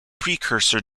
precursor